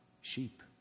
sheep